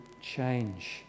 change